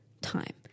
time